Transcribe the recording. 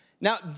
Now